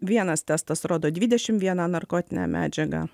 vienas testas rodo dvidešim vieną narkotinę medžiagą